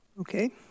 Okay